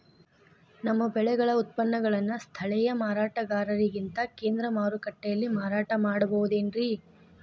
ನಮ್ಮ ಬೆಳೆಗಳ ಉತ್ಪನ್ನಗಳನ್ನ ಸ್ಥಳೇಯ ಮಾರಾಟಗಾರರಿಗಿಂತ ಕೇಂದ್ರ ಮಾರುಕಟ್ಟೆಯಲ್ಲಿ ಮಾರಾಟ ಮಾಡಬಹುದೇನ್ರಿ?